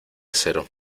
cero